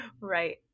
Right